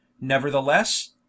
Nevertheless